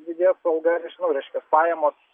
didės alga nežinau reiškias pajamos